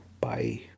Bye